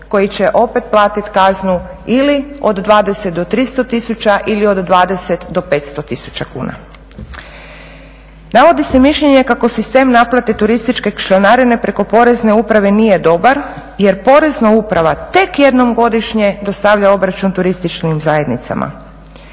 koji će opet platiti kaznu ili od 20 do 300 tisuća ili od 20 do 500 tisuća kuna. Navodi se mišljenje kako sistem naplate turističke članarine preko Porezne uprave nije dobar jer Porezna uprava tek jednom godišnje dostavlja obračun turističkim zajednicama.